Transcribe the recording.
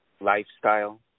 lifestyle